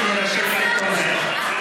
חבר הכנסת עמיר פרץ מבקש להירשם כתומך.